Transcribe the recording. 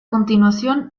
continuación